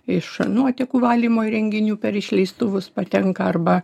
iš nuotekų valymo įrenginių per išleistuvus patenka arba